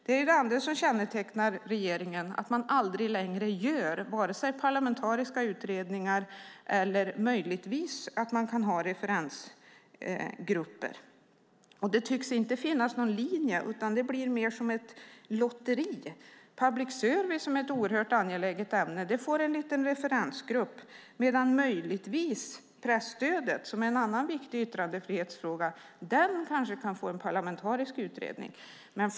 Det är det andra som kännetecknar regeringen, nämligen att man inte längre gör vare sig parlamentariska utredningar eller tillsätter referensgrupper. Det tycks inte finnas någon linje. Det blir mer som ett lotteri. Public service är ett oerhört angeläget ämne, och det får en liten referensgrupp. Möjligtvis får presstödet, en annan viktig yttrandefrihetsfråga, en parlamentarisk utredning.